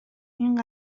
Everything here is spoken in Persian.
این